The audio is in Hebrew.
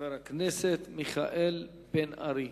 חבר הכנסת מיכאל בן-ארי.